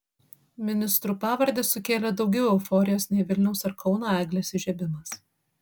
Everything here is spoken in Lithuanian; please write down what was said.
ministrų pavardės sukėlė daugiau euforijos nei vilniaus ar kauno eglės įžiebimas